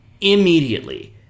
immediately